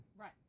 Right